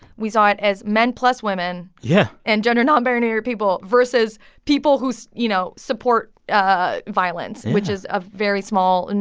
we saw it as men plus women. yeah. and gender-nonbinary people versus people who, you know, support ah violence. yeah. which is a very small, and